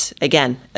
again